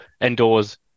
indoors